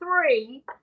three